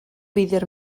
bider